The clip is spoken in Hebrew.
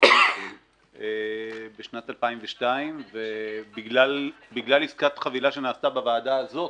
ריכוז בשנת 2002. בגלל עסקת חבילה שנעשתה בוועדה הזו,